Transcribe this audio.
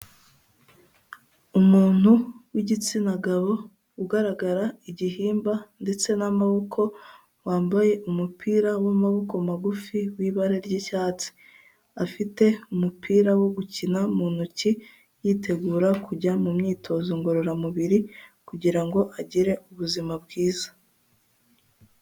Umuntu w'igitsina gabo ugaragara igihimba ndetse n'amaboko, wambaye umupira w'amaboko magufi w'ibara ry'icyatsi, afite umupira wo gukina mu ntoki yitegura kujya mu myitozo ngororamubiri kugira ngo agire ubuzima bwiza.